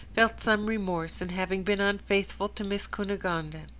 felt some remorse in having been unfaithful to miss cunegonde.